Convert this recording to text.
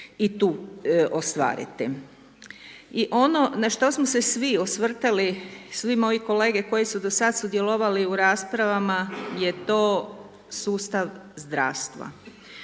i tu ostvariti. I ono na što smo se svi osvrtali, svi moji kolege koji su do sad sudjelovali u raspravama je to sustav zdravstva.